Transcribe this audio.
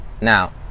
Now